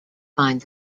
find